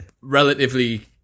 relatively